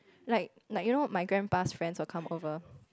like like you know my grandpa's friend will come over